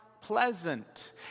pleasant